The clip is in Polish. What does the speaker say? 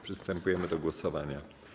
Przystępujemy do głosowania.